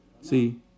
See